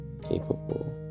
capable